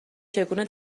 چگونه